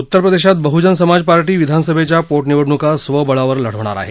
उत्तरप्रदेशात बहुजन समाज पार्टी विधानसभेच्या पोटनिवडणूका स्वबळावर लढवणार आहे